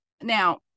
now